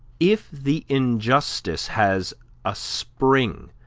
if the injustice has a spring,